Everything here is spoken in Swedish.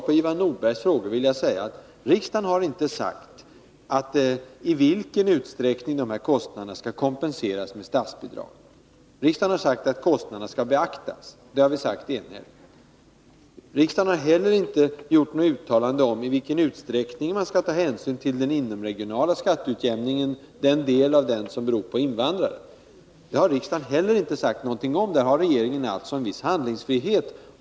På Ivan Nordbergs frågor vill jag svara att riksdagen inte har sagt i vilken utsträckning dessa kostnader skall kompenseras med statsbidrag. Riksdagen har enhälligt förklarat att kostnaderna skall beaktas. Riksdagen har inte heller gjort något uttalande om i vilken utsträckning man skall ta hänsyn till den del av den inomregionala skatteutjämningen som beror på invandrare. Där har regeringen alltså en viss handlingsfrihet.